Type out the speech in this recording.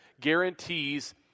guarantees